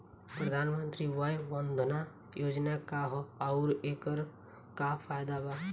प्रधानमंत्री वय वन्दना योजना का ह आउर एकर का फायदा बा?